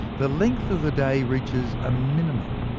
the length of the day reaches a minimum.